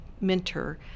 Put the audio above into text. mentor